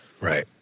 Right